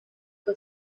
ngo